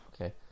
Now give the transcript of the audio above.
Okay